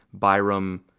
Byram